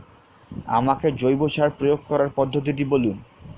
আমাকে জৈব সার প্রয়োগ করার পদ্ধতিটি বলুন?